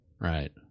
right